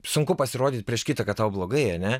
sunku pasirodyt prieš kitą kad tau blogai ane